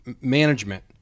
management